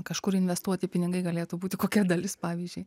kažkur investuoti pinigai galėtų būti kokia dalis pavyzdžiui